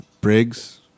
Briggs